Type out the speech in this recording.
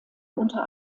unter